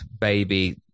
baby